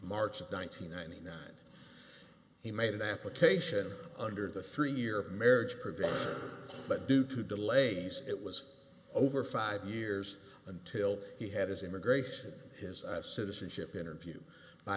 march of ninety ninety nine he made an application under the three year of marriage preventive but due to delays it was over five years until he had his immigration his citizenship interview by